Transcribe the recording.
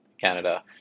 Canada